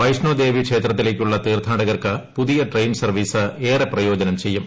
വൈഷ്ണോദേവി ക്ഷേത്രത്തിലേക്കുള്ള തീർത്ഥാടകർക്ക് പുതിയ ട്രെയിൻ സർവ്വീസ് ഏറെ പ്രയോജനം ചെയ്യും